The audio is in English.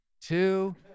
two